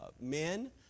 men